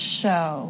show